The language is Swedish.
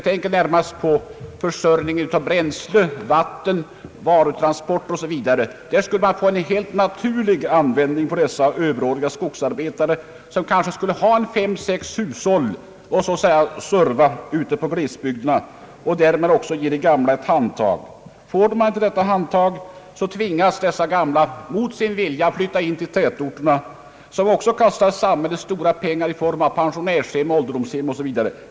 Jag tänker på t.ex. försörjningen med bränsle, vatten, varutransporter Osv. Där skulle man kunna få en helt naturlig användning för dessa överåriga skogsarbetare, som skulle ha kanske fem eller sex hushåll att så att säga serva ute i glesbygden och ge de gamla ett handtag. Får de gamla inte detta handtag, tvingas de att mot sin vilja flytta in till tätorterna, vilket kostar samhället stora pengar i form av pensionärshem, ålderdomshem osv.